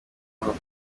makuru